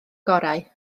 gorau